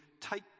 take